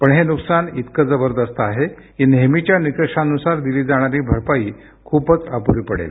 पण हे नुकसान एवढं जबरदस्त आहे की नेहमीच्या निकषानुसार दिली जाणारी भरपाई खूपच अपुरी पडेल